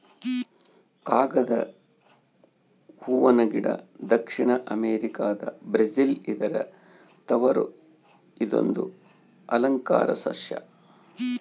ಕಾಗದ ಹೂವನ ಗಿಡ ದಕ್ಷಿಣ ಅಮೆರಿಕಾದ ಬ್ರೆಜಿಲ್ ಇದರ ತವರು ಇದೊಂದು ಅಲಂಕಾರ ಸಸ್ಯ